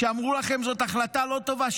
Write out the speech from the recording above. שאמרו לכם: זאת החלטה לא טובה,